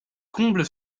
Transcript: comble